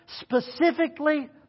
specifically